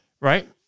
right